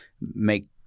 make